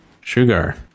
Sugar